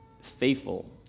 faithful